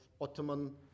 Ottoman